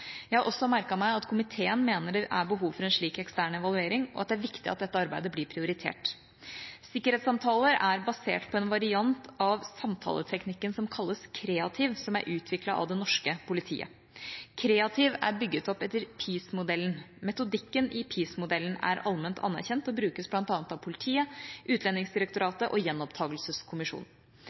Jeg har også merket meg at komiteen mener det er behov for en slik ekstern evaluering, og at det er viktig at dette arbeidet blir prioritert. Sikkerhetssamtaler er basert på en variant av samtaleteknikken som kalles KREATIV, som er utviklet av det norske politiet. KREATIV er bygget opp etter PEACE-modellen. Metodikken i PEACE-modellen er allment anerkjent og brukes bl.a. av politiet,